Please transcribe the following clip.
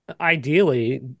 ideally